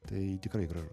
tai tikrai gražu